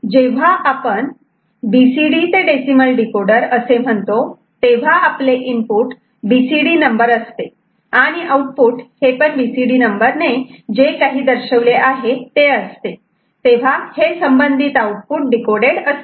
जेव्हा आपण B C D ते डेसिमल डीकोडर असे म्हणतो तेव्हा आपले इनपुट बीसीडी नंबर असते आणि आउटपुट हे बीसीडी नंबर ने जे काही दर्शवले आहे ते असते तेव्हा हे संबंधित आउटपुट डीकोडेड असते